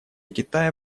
китая